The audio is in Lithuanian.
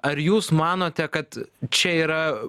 ar jūs manote kad čia yra